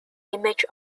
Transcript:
image